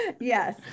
yes